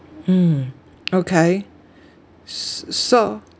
mm okay s~ so